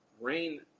Rain